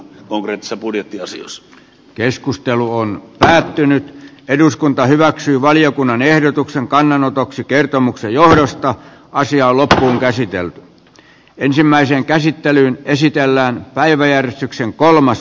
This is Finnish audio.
oletsä budjettiasi jos keskustelu on päättynyt eduskunta hyväksyy valiokunnan ehdotuksen kannanotoksi kertomuksen johdosta asia ollut käsitellyt huutamaan tarkastusvaliokuntaa apuun konkreettisissa budjettiasioissa